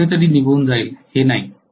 ते कुठेतरी निघून जाईल हे नाही